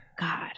God